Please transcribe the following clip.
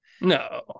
No